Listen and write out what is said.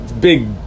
big